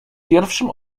pierwszym